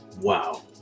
Wow